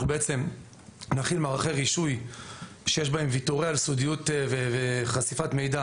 בעצם נחיל מערכי רישוי שיש בהם ויתורים על סודיות וחשיפת מידע